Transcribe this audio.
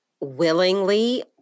willingly